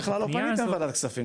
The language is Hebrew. אז בכלל לא פנית לוועדת כספים,